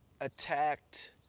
attacked